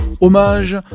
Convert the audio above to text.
hommage